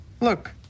look